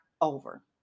over